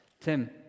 Tim